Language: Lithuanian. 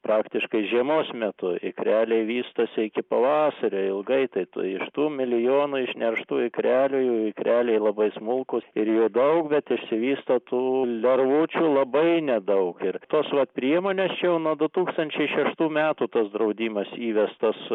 praktiškai žiemos metu ikreliai vystosi iki pavasario ilgai tai tu iš tų milijonų išnerštų ikrelių jų ikreliai labai smulkūs ir jų daug bet išsivysto tų lervučių labai nedaug ir tos vat priemonės čia jau nuo du tūkstančiai šeštų metų tas draudimas įvestas